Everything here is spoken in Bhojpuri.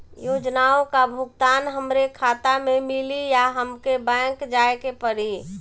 योजनाओ का भुगतान हमरे खाता में मिली या हमके बैंक जाये के पड़ी?